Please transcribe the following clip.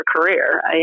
career